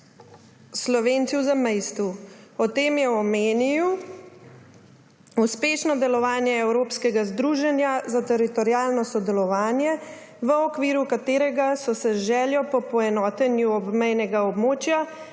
Slovenci v zamejstvu. Ob tem je omenil uspešno delovanje Evropskega združenja za teritorialno sodelovanje, v okviru katerega so se – z željo po poenotenju obmejnega območja